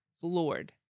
floored